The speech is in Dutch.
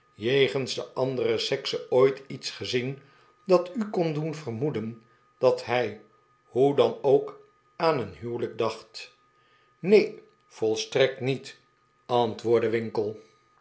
jegens de andere sekse ooit iets gezien dat u kon doen vermoeden dat hij hoe dan ook aan een huwelijk dacht neen volstrekt niet antwoordde winkle